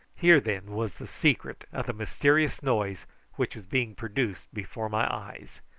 here, then, was the secret of the mysterious noise which was being produced before my eyes.